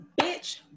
bitch